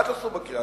מה תעשו בקריאה